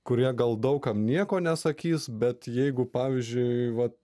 kurie gal daug kam nieko nesakys bet jeigu pavyzdžiui vat